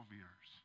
years